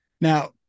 Now